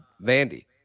Vandy